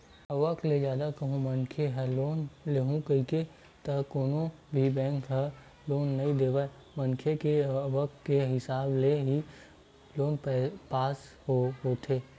आवक ले जादा कहूं मनखे ह लोन लुहूं कइही त कोनो भी बेंक ह लोन नइ देवय मनखे के आवक के हिसाब ले ही लोन पास होथे